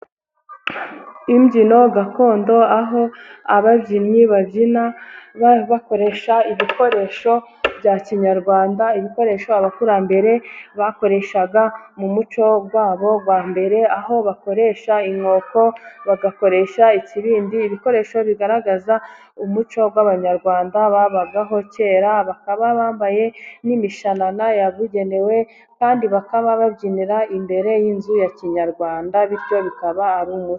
Imbyino gakondo aho ababyinnyi babyina bakoresha ibikoresho bya kinyarwanda, ibikoresho abakurambere bakoreshaga mu muco wabo wa mbere, aho bakoresha inkoko, bagakoresha ikibindi. Ibikoresho bigaragaza umuco w'Abanyarwanda babagaho kera bakaba bambaye n'imishanana yabugenewe, kandi bakaba babyinira imbere y'inzu ya kinyarwanda bityo bikaba ari umuco.